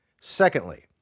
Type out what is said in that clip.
Secondly